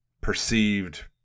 perceived